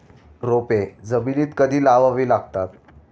रोपे जमिनीत कधी लावावी लागतात?